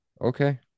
Okay